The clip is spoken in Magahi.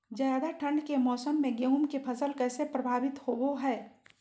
ज्यादा ठंड के मौसम में गेहूं के फसल कैसे प्रभावित होबो हय?